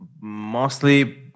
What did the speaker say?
mostly